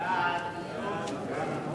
1 3 נתקבלו.